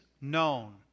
known